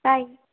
bye